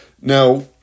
Now